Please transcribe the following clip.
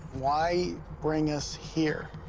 why bring us here?